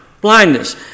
Blindness